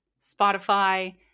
Spotify